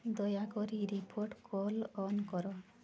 ଦୟାକରି repeat call on କର